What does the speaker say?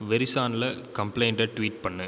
வெரிசானில் கம்ப்ளைன்ட்டை ட்வீட் பண்ணு